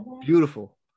beautiful